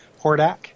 Hordak